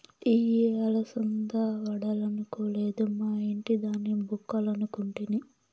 ఇయ్యి అలసంద వడలనుకొలేదు, మా ఇంటి దాని బుగ్గలనుకుంటిని